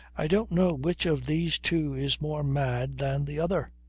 i don't know which of these two is more mad than the other!